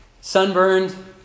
sunburned